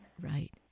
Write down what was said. Right